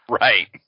Right